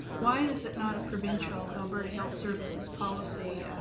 why is it not a provincial alberta health services policy,